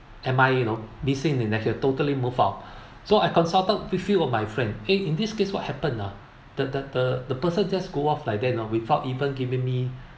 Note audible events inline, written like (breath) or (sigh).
M_I_A you know missing in action totally move out (breath) so I consulted few of my friend eh in this case what happened ah the the the the person just go off like that you know without even giving me